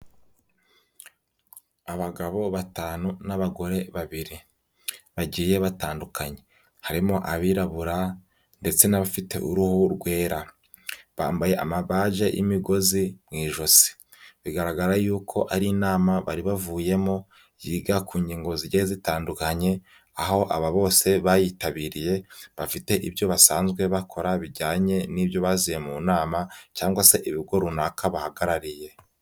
Abagabo batanu n'abagore babiri bagiye batandukanye, harimo abirabura ndetse n'abafite uruhu rwera, bambaye amabage y'imigozi mu ijosi, bigaragara yuko ari inama bari bavuyemo yiga ku ngingo zigiye zitandukanye, aho aba bose bayitabiriye bafite ibyo basanzwe bakora bijyanye n'ibyo baziye mu nama cyangwa se ibigo runaka bahagarariye.